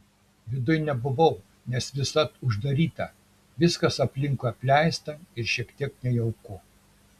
viduj nebuvau nes visad uždaryta viskas aplinkui apleista ir šiek tiek nejauku